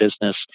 business